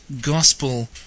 Gospel